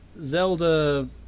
Zelda